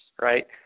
right